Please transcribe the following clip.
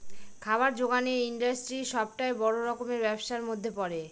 খাবার জোগানের ইন্ডাস্ট্রি সবটাই বড় রকমের ব্যবসার মধ্যে পড়ে